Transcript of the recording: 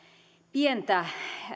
pientä